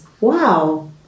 Wow